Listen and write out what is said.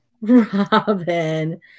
Robin